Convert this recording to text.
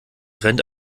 rennt